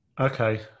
Okay